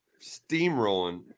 steamrolling